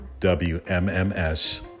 WMMS